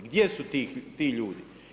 Gdje su ti ljudi?